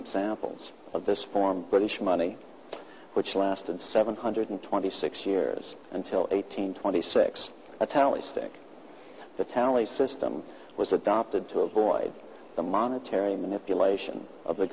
examples of this form british money which lasted seven hundred twenty six years until eighteen twenty six a tally stick the tally system was adopted to avoid the monetary manipulation of the